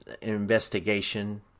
investigation